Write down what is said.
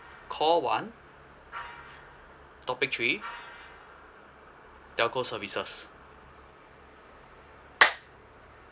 call one topic three telco services